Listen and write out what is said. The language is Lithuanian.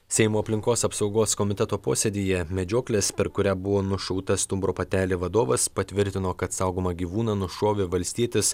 seimo aplinkos apsaugos komiteto posėdyje medžioklės per kurią buvo nušauta stumbro patelė vadovas patvirtino kad saugomą gyvūną nušovė valstietis